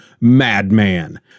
Madman